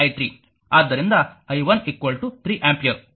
ಮತ್ತು i13i3 ಆದ್ದರಿಂದ i 1 3 ampere